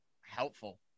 helpful